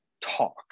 talk